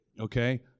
okay